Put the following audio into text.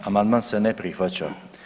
Amandman se ne prihvaća.